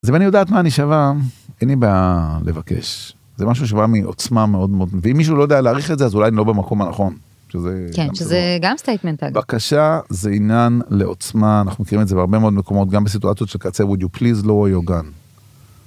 אני יודעת מה אני שווה, אין לי בעיה לבקש, זה משהו שבא מעוצמה מאוד מאוד, ואם מישהו לא יודע להעריך את זה אז אולי אני לא במקום הנכון, שזה גם סטייטמנט, בקשה זה עניין לעוצמה, אנחנו מכירים את זה בהרבה מאוד מקומות, גם בסיטואציות של קצה would you please lower your gun.